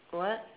what